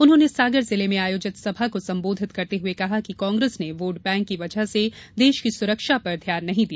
उन्होंने सागर जिले में आयोजित सभा को संबोधित करते हुए कहा कि कांग्रेस ने वोट बैंक की वजह से देश की सुरक्षा पर ध्यान नहीं दिया